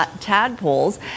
tadpoles